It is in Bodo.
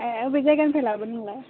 ए अबे जायगानिफ्राय लाबोदों नोंलाय